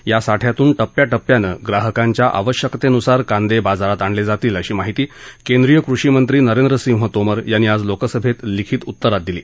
या साठ्यातून टप्प्याटप्प्यानं ग्राहकांच्या आवश्यकतेनुसार कांदे बाजारात आणले जातील अशी माहिती केंद्रीय कृषिमंत्री नरेंद्रसिंह तोमर यांनी आज लोकसभेत लिखीत उत्तरात दिली